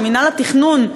שמינהל התכנון,